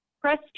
press